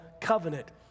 covenant